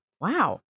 Wow